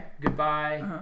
Goodbye